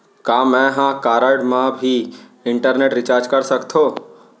का मैं ह कारड मा भी इंटरनेट रिचार्ज कर सकथो